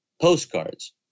postcards